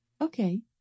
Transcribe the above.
Okay